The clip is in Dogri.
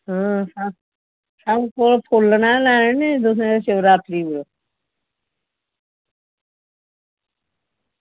अं अं केह् फुल्ल लैना गै नी तुसें शिवरात्री उप्पर